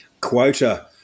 Quota